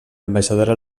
ambaixadora